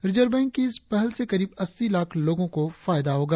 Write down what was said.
reserve bank की इस पहल से करीब अस्सी लाख लोगों को लाभ होगा